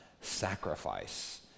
sacrifice